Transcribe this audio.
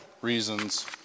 reasons